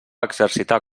exercitar